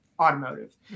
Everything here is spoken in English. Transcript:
automotive